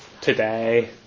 today